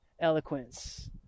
eloquence